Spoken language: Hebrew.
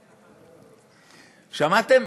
שמעתם?